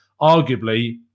arguably